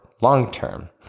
long-term